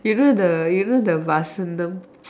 you know the you know the Vasantham